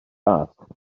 asked